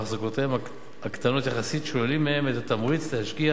והחזקותיהם הקטנות יחסית שוללים מהם את התמריץ להשקיע